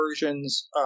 versions